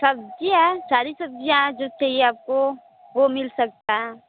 सब्जी है सारी सब्जियाँ हैं जो चाहिए आपको वो मिल सकता है